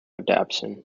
adaptation